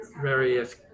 various